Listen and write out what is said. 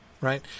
right